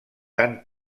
tant